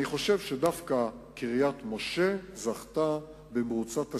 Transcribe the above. אני חושב שדווקא קריית-משה זכתה במרוצת השנים,